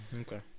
Okay